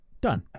Done